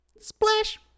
Splash